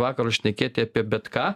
vakaro šnekėti apie bet ką